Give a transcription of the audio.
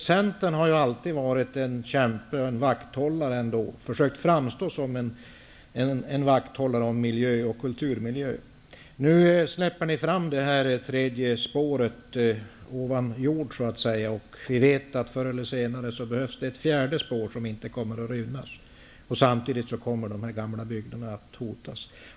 Centern har alltid försökt framstå som ett parti som kämpar för och slår vakt om miljö och kulturmiljö. Nu släpper ni fram det tredje spåret ovan jord. Vi vet att förr eller senare behövs ett fjärde spår, som inte kommer att rymmas ovan jord. Samtidigt hotas de här gamla byggnderna.